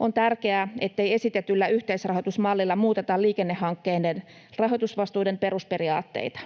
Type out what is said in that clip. On tärkeää, ettei esitetyllä yhteisrahoitusmallilla muuteta liikennehankkeiden rahoitusvastuiden perusperiaatteita.